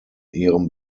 ihrem